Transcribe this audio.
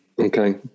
Okay